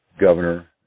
governor